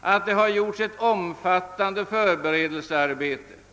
att ett omfattande förberedelsearbete har utförts.